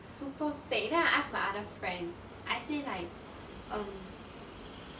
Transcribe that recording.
super fake then I asked my other friends I say like um